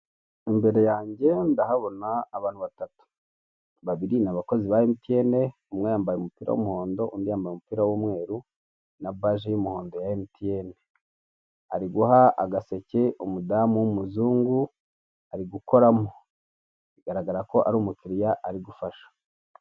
Imbere yanjye ndahabona abantu batatu, babiri ni abakozi ba MTN umwe yambaye umupira w'umuhondo undi yambaye umupira w'umweru na baje y'umuhondo ya MTN, ari guha agaseke umudamu w'umuzungu ari gukoramo bigaragara ko ari umukiriya ari gufasha.